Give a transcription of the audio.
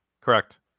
Correct